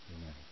Amen